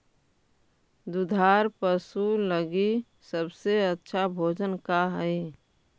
दुधार पशु लगीं सबसे अच्छा भोजन का हई?